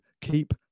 keep